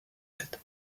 tête